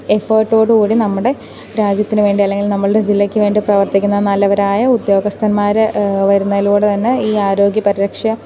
എഫേർട്ടോടു കൂടി നമ്മുടെ രാജ്യത്തിനു വേണ്ടി അല്ലെങ്കിൽ നമ്മളുടെ ജില്ലക്കു വേണ്ടി പ്രവർത്തിക്കുന്ന നല്ലവരായ ഉദ്യോഗസ്ഥന്മാരെ വരുന്നതിലൂടെ തന്നെ ഈ ആരോഗ്യ പരിരക്ഷ